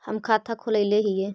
हम खाता खोलैलिये हे?